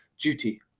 duty